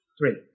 Three